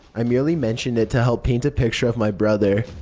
i merely mention it to help paint a picture of my brother.